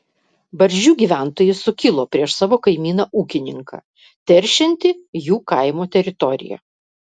barzdžių gyventojai sukilo prieš savo kaimyną ūkininką teršiantį jų kaimo teritoriją